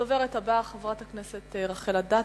הדוברת הבאה היא חברת הכנסת רחל אדטו.